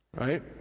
Right